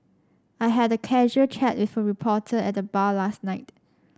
I had a casual chat with a reporter at the bar last night